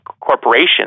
corporation